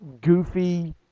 goofy